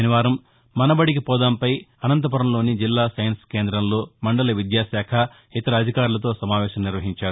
శనివారం మన బదికి పోదాంపై అనంతపురంలోని జిల్లా సైస్సు కేంద్రంలో మండల విద్యాశాఖ ఇతర అధికారులతో సమావేశం నిర్వహించారు